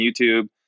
YouTube